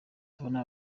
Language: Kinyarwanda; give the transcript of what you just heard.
tubona